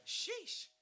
sheesh